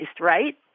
right